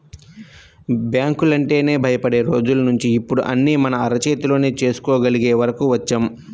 బ్యాంకులంటేనే భయపడే రోజుల్నించి ఇప్పుడు అన్నీ మన అరచేతిలోనే చేసుకోగలిగే వరకు వచ్చాం